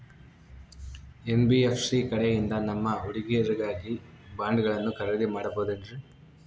NBFC ಕಡೆಯಿಂದ ನಮ್ಮ ಹುಡುಗರಿಗಾಗಿ ಬಾಂಡುಗಳನ್ನ ಖರೇದಿ ಮಾಡಬಹುದೇನ್ರಿ?